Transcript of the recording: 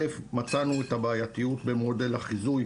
מצאנו את הבעייתיות במודל החיזוי,